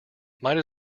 might